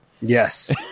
Yes